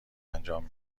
انجام